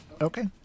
Okay